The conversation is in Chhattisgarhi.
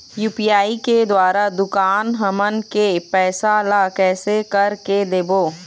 यू.पी.आई के द्वारा दुकान हमन के पैसा ला कैसे कर के देबो?